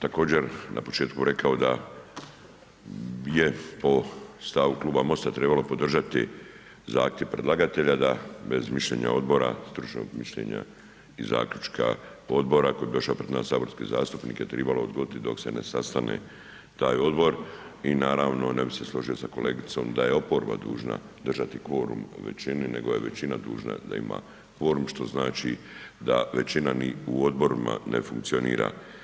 Također na početku rekao da je po stavu Kluba MOST-a trebalo podržati zahtjev predlagatelja da bez mišljenja Odbora, stručnog mišljenja i zaključka odbora koji bi došao pred nas saborske zastupnike tribalo odgoditi dok se ne sastane taj odbor i naravno, ne bi se složio sa kolegicom da je oporba dužna držati kvorum većini, nego je većina dužna da ima kvorum, što znači da većina u odborima ne funkcionira.